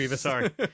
Sorry